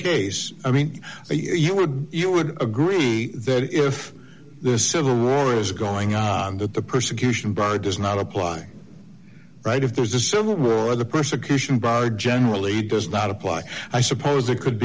case i mean you would you would agree that if the civil rights is going on that the persecution by does not apply right if there is a civil right the persecution by generally does not apply i suppose it could